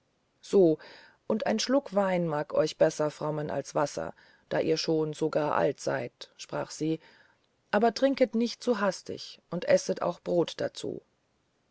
so und ein schluck wein mag euch besser frommen als wasser da ihr schon so gar alt seid sprach sie aber trinket nicht zu hastig und esset auch brot dazu